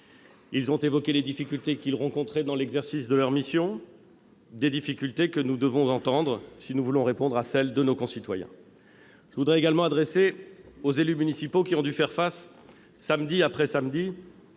Ils ont évoqué les difficultés qu'ils rencontraient dans l'exercice de leur mission, difficultés que nous devons entendre si nous voulons répondre à celles de nos concitoyens. Je voudrais également adresser aux élus municipaux qui ont dû faire face, samedi après samedi,